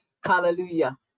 Hallelujah